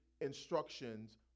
instructions